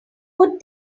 put